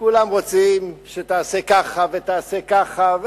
וכולם רוצים שתעשה ככה ותעשה ככה,